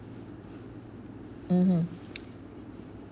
mmhmm